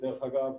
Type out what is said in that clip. שדרך אגב,